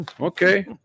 Okay